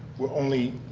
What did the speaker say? we are only